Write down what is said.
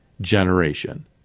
generation